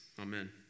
amen